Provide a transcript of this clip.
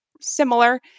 similar